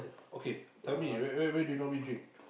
okay tell me where where where do you normally drink